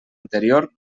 anterior